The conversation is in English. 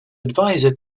advisor